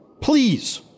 Please